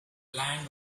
land